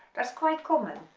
that's quite common,